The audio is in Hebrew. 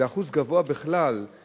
זה אחוז גבוה בכלל,